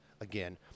again